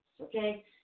Okay